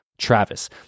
Travis